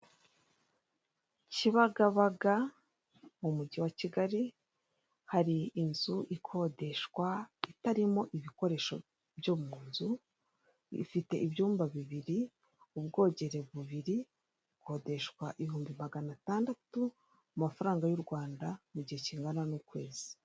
Kibagabaga mu mujyi wa kigali hari inzu ikodeshwa itarimo ibikoresho byo mu nzu, ifite ibyumba bibiri ubwogero bubiri ikodeshwa ibihumbi magana atandatu mu mafaranga y'urwanda mu gihe kingana n'ukwezi.